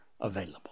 available